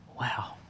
Wow